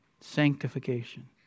Sanctification